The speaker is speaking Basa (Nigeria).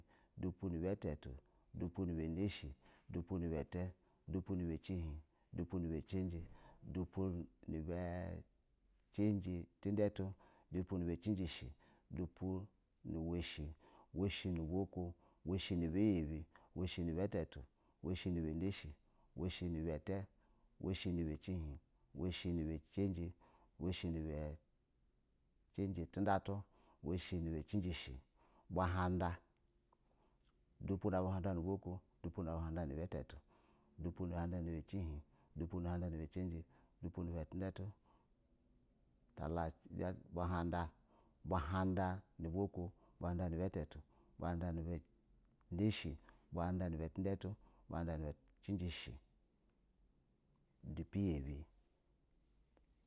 Dupu nubu utu tyi dupu nuba nashɛ dupu nuba tɛ, dupu nuba aihin dupu nu ba ciaja, dupu nu ba a su dupu nu ba tindatu, dupu nu ba cijishɛ, dupu, nuwa shɛ washi naba iko, washi naba yab washɛ nuba itutu, washi nuba nashɛ, washɛ na ba ete, woshi nuba ciihin, washi naba cija washi nuba cijaja utunda tu. Woshɛ nuba cijiji shi, bu ha nda dupu na buhanda nuba iko, du pu buhada nuba hatu, dupu na bu handa nu ba cihin, dupu nab u handa nu ba cija dupu nab u handa nu ba tunda tu talaci bu handa, buhanda nuba uko, buhanda nuba ta atu buhanda nu ban a shɛ buhanda nuba tunda tu, buhanda nu ba cijiji shɛ, pu dupu iya bi.